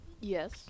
Yes